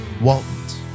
Waltons